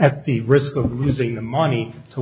at the risk of losing the money to